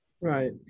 Right